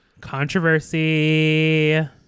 Controversy